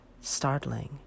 startling